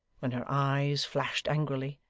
when her eyes flashed angrily,